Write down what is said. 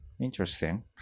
Interesting